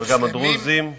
המוסלמים והדרוזים.